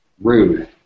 rude